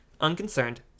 unconcerned